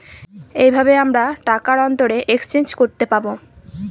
এইভাবে আমরা টাকার অন্তরে এক্সচেঞ্জ করতে পাবো